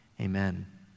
amen